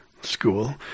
school